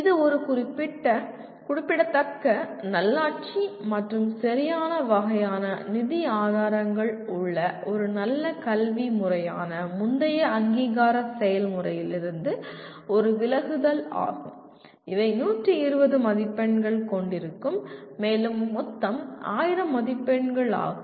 இது ஒரு குறிப்பிடத்தக்க நல்லாட்சி மற்றும் சரியான வகையான நிதி ஆதாரங்கள் உள்ள ஒரு நல்ல கல்வி முறையான முந்தைய அங்கீகார செயல்முறையிலிருந்து ஒரு விலகுதல் ஆகும் இவை 120 மதிப்பெண்கள் கொண்டிருக்கும் மேலும் மொத்தம் 1000 மதிப்பெண்கள் ஆகும்